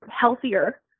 healthier